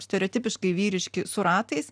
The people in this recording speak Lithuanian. stereotipiškai vyriški su ratais